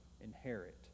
inherit